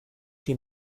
chi